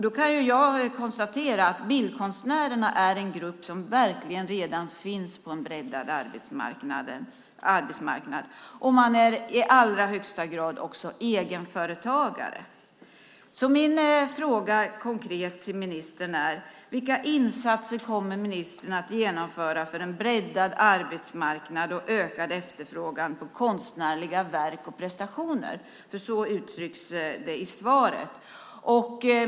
Då kan jag konstatera att bildkonstnärerna är en grupp som verkligen redan finns på en breddad arbetsmarknad. Man är i allra högsta grad också egenföretagare. Min konkreta fråga till ministern är: Vilka insatser kommer ministern att genomföra för en breddad arbetsmarknad och ökad efterfrågan på konstnärliga verk och prestationer? Så uttrycks det nämligen i svaret.